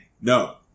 No